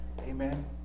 Amen